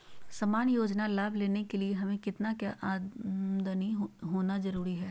सामान्य योजना लाभ लेने के लिए हमें कितना के आमदनी होना जरूरी है?